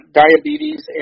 diabetes